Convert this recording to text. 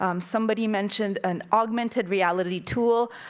um somebody mentioned an augmented reality tool,